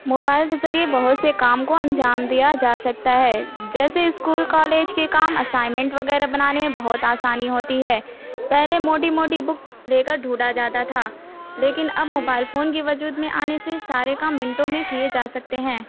mobile کے ذریعے بہت سے کام کو انجام دیا جا سکتا ہے جیسے اسکول کالج کے کام اسائمنٹ وغیرہ بنانے میں بہت آسانی ہوتی ہے پہلے موٹی موٹی بُک لے کر ڈھونڈا جاتا تھا لیکن اب موبائل فون کے وجود میں آنے سے سارے کام مِنٹوں میں کیے جا سکتے ہیں